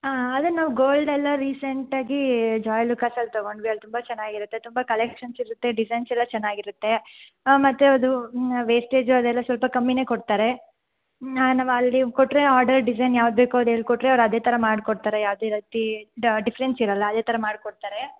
ಹಾಂ ಅದೇ ನಾವು ಗೋಲ್ಡೆಲ್ಲ ರೀಸೆಂಟಾಗಿ ಜೋಯ್ ಅಲುಕ್ಕಾಸಲ್ಲಿ ತೊಗೊಂಡ್ವಿ ಅಲ್ಲಿ ತುಂಬ ಚೆನ್ನಾಗಿರುತ್ತೆ ಅಲ್ಲಿ ತುಂಬ ಕಲೆಕ್ಷನ್ ಇರುತ್ತೆ ಡಿಸೈನ್ಸ್ ಎಲ್ಲ ಚೆನ್ನಾಗಿರುತ್ತೆ ಮತ್ತೆ ಅದು ವೇಸ್ಟೇಜು ಅದೆಲ್ಲ ಸ್ವಲ್ಪ ಕಮ್ಮಿನೆ ಕೊಡ್ತಾರೆ ನಾವು ಅಲ್ಲಿ ಕೊಟ್ಟರೆ ಆರ್ಡರ್ ಡಿಸೈನ್ ಯಾವ್ದು ಬೇಕು ಅದು ಹೇಳ್ ಕೊಟ್ಟರೆ ಅದೇ ಥರ ಮಾಡಿ ಕೊಡ್ತಾರೆ ಯಾವುದೇ ರೀತಿ ಡಿಫ್ರೆನ್ಸ್ ಇರಲ್ಲ ಅದೇ ಥರ ಮಾಡಿ ಕೊಡ್ತಾರೆ